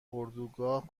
اردوگاه